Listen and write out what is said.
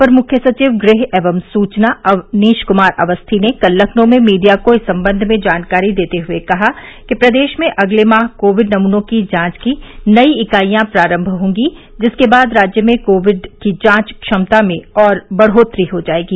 अपर मुख्य सचिव गृह एवं सूचना अवनीश कुमार अवस्थी ने कल लखनऊ में मीडिया को इस सम्बंध में जानकारी देते हुए कहा कि प्रदेश में अगले माह कोविड नमूनों की जांच की नई इकाईयां प्रारम्भ होंगी जिसके बाद राज्य में कोविड की जांच क्षमता में और बढ़ोत्तरी हो जाएगी